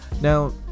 now